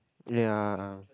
ya